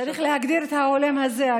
צריך להגדיר את ההולם הזה.